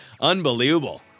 Unbelievable